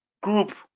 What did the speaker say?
group